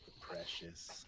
Precious